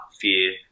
fear